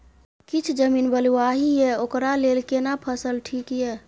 किछ जमीन बलुआही ये ओकरा लेल केना फसल ठीक ये?